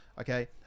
Okay